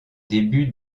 début